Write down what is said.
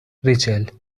ریچل